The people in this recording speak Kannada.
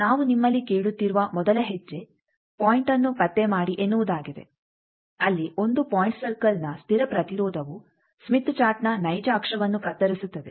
ಆದ್ದರಿಂದ ನಾವು ನಿಮ್ಮಲ್ಲಿ ಕೇಳುತ್ತಿರುವ ಮೊದಲ ಹೆಜ್ಜೆ ಪಾಯಿಂಟ್ಅನ್ನು ಪತ್ತೆ ಮಾಡಿ ಎನ್ನುವುದಾಗಿದೆ ಅಲ್ಲಿ 1 ಪಾಯಿಂಟ್ ಸರ್ಕಲ್ನ ಸ್ಥಿರ ಪ್ರತಿರೋಧವು ಸ್ಮಿತ್ ಚಾರ್ಟ್ನ ನೈಜ ಅಕ್ಷವನ್ನು ಕತ್ತರಿಸುತ್ತದೆ